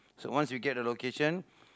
so once you get the location